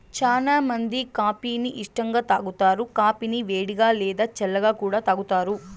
చానా మంది కాఫీ ని ఇష్టంగా తాగుతారు, కాఫీని వేడిగా, లేదా చల్లగా కూడా తాగుతారు